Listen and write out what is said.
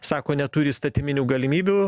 sako neturi įstatyminių galimybių